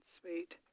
sweet